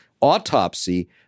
autopsy